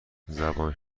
زبان